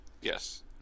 yes